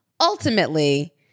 Ultimately